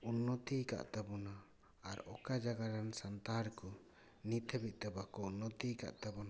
ᱩᱱᱱᱚᱛᱤ ᱟᱠᱟᱫ ᱛᱟᱵᱚᱱᱟ ᱟᱨ ᱚᱠᱟ ᱡᱟᱭᱜᱟ ᱨᱮᱱ ᱥᱟᱱᱛᱟᱲ ᱠᱚ ᱱᱤᱛ ᱦᱟᱹᱵᱤᱡ ᱛᱮ ᱵᱟᱠᱚ ᱩᱱᱱᱚᱛᱤ ᱟᱠᱟᱫ ᱛᱟᱵᱚᱱᱟ ᱟᱨ